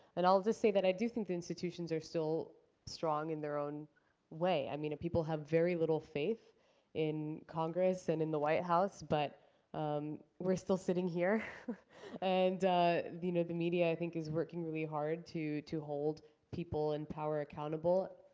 and i'll just say that i do think the institutions are still strong in their own way. i mean, people have very little faith in congress and in the white house, but we're still sitting here and the you know the media, i think, is working really hard to to hold people in power accountable.